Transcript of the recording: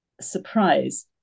surprise